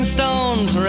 Stones